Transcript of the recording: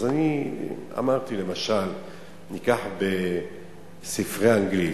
אני אמרתי: למשל ניקח ספרי אנגלית.